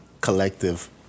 collective